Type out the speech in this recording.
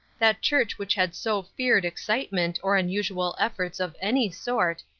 that church which had so feared excitement or unusual efforts of any sort,